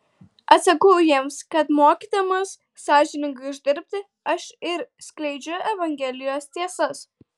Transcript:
atsakau jiems kad mokydamas sąžiningai uždirbti aš ir skleidžiu evangelijos tiesas